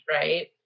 Right